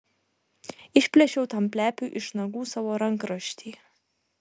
išplėšiau tam plepiui iš nagų savo rankraštį